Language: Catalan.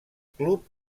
club